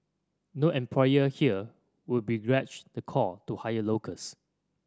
no employer here would begrudge the call to hire locals